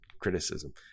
criticism